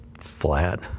flat